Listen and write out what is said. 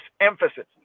emphasis